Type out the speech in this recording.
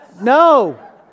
No